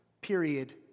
period